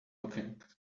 looking